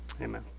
Amen